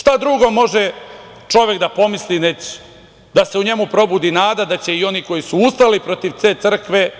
Šta drugo može čovek da pomisli već da se u njemu probudi nada da će i oni koji su ustali protiv te crkve